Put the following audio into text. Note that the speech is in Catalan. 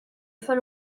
fan